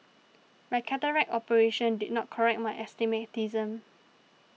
my cataract operation did not correct my astigmatism